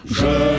je